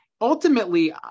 ultimately